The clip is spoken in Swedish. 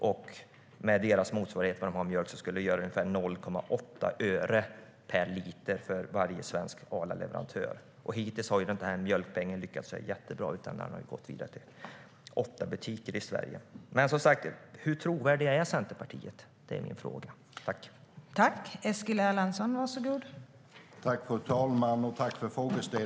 Med motsvarigheten till vad de har för mjölk skulle det göra 0,8 öre per liter för varje svensk Arlaleverantör. Hittills har mjölkpengen inte varit så jättebra, utan den har gått vidare till åtta butiker i Sverige.Hur trovärdigt är Centerpartiet? Det är min fråga.